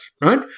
right